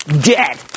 Dead